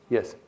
Yes